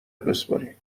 بسپرین